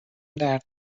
درد